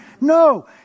No